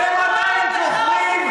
אתם עדיין זוכרים?